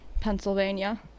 Pennsylvania